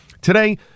Today